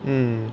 mm